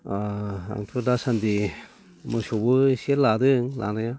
अ आंथ' दासान्दि मोसौबो एसे लादों लानाया